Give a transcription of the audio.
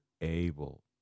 able